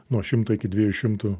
nuo šimto iki dviejų šimtų